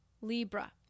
Libra